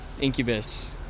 Incubus